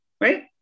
right